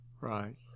Right